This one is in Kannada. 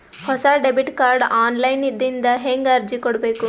ಹೊಸ ಡೆಬಿಟ ಕಾರ್ಡ್ ಆನ್ ಲೈನ್ ದಿಂದ ಹೇಂಗ ಅರ್ಜಿ ಕೊಡಬೇಕು?